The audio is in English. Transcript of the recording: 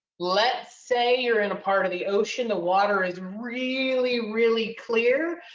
let's say you're in a part of the ocean, the water is really, really clear.